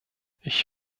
ich